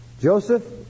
Joseph